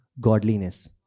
godliness